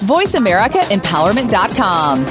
VoiceAmericaEmpowerment.com